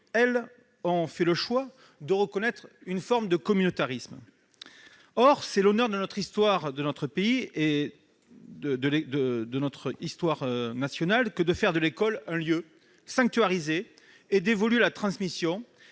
elles, ont fait le choix de reconnaître une forme de communautarisme. Or c'est l'honneur de notre histoire nationale que de faire de l'école un lieu sanctuarisé, dévolu à la transmission